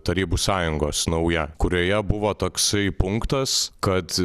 tarybų sąjungos nauja kurioje buvo toksai punktas kad